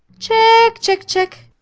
chick, chick, chick!